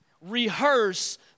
Rehearse